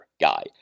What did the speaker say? guy